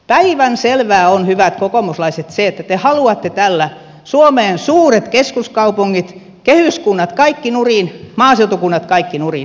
päivänselvää on hyvät kokoomuslaiset se että te haluatte tällä suomeen suuret keskuskaupungit kaikki kehyskunnat nurin kaikki maaseutukunnat nurin